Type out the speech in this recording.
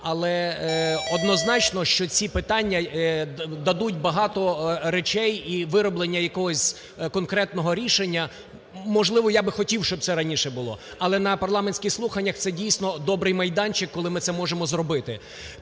Але однозначно, що ці питання дадуть багато речей і вироблення якогось конкретного рішення. Можливо, я би хотів, щоб це раніше було, але на парламентських слуханнях це дійсно добрий майданчик, коли ми це можемо зробити.